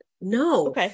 No